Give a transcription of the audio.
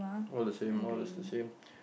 all the same all is the same